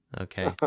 okay